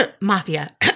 Mafia